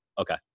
okay